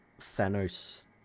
thanos